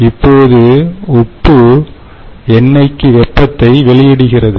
இப்போது உப்பு எண்ணெய்க்கு வெப்பத்தை வெளியிடுகிறது